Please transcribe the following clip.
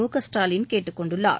முகஸ்டாலின் கேட்டுக் கொண்டுள்ளார்